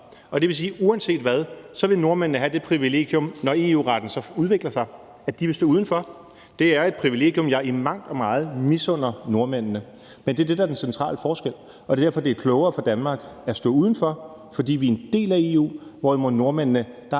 det vil sige, at uanset hvad, så vil nordmændene have det privilegium, når EU-retten så udvikler sig, at de vil stå udenfor. Det er et privilegium, jeg i mangt og meget misunder nordmændene, men det er det, der er den centrale forskel. Og det er derfor, det er klogere for Danmark at stå udenfor, fordi vi er en del af EU, hvorimod alt, hvad der